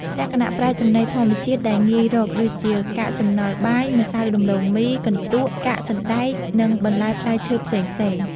លក្ខណៈ ប្រើចំណីធម្មជាតិដែលងាយរក ដូចជា កាកសំណល់បាយ ម្សៅដំឡូងមី កន្ទក់ កាកសណ្ដែក និងបន្លែផ្លែឈើផ្សេងៗ។